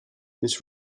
this